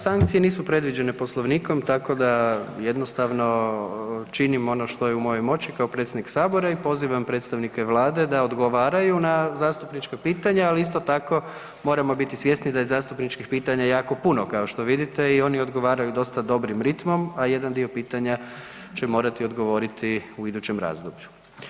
Sankcije nisu predviđene Poslovnikom tako da, jednostavno činim ono što je u mojoj moći kao predsjednik Sabora i pozivam predstavnike Vlade da odgovaraju na zastupnička pitanja, ali isto tako, moramo biti svjesni da je zastupničkih pitanja jako puno, kao što vidite i oni odgovaraju dosta dobrim ritmom, a jedan dio pitanja će morati odgovoriti u idućem razdoblju.